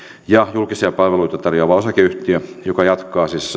ja julkisia palveluita tarjoava osakeyhtiö joka jatkaa siis